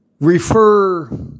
refer